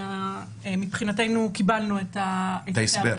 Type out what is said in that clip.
מבחינתנו, קיבלנו את ההסבר.